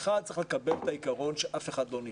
האחד, צריך לקבל את העיקרון שאף אחד לא נפגע.